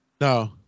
No